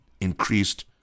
increased